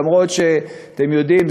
למרות שאתם יודעים,